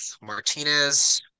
Martinez